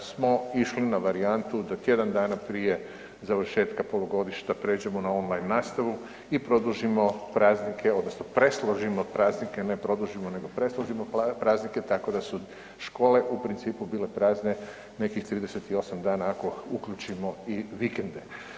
smo išli na varijantu da tjedan dana prije završetka polugodišta pređemo na on line nastavu i produžim praznike odnosno predložimo praznike ne produžimo, nego presložimo praznike tako da su škole bile u principu prazne nekih 38 dana ako uključimo i vikende.